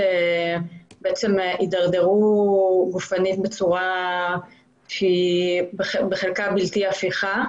בעצם הידרדרו גופנית בצורה שהיא בלתי-הפיכה.